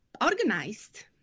organized